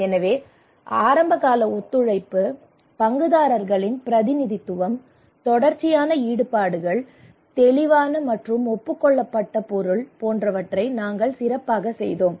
எனவே ஆரம்பகால ஒத்துழைப்பு பங்குதாரர்களின் பிரதிநிதித்துவம் தொடர்ச்சியான ஈடுபாடுகள் தெளிவான மற்றும் ஒப்புக்கொள்ளப்பட்ட பொருள் போன்றவற்றை நாங்கள் சிறப்பாகச் செய்தோம்